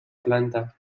planta